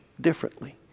differently